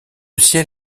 ciel